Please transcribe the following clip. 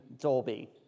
Dolby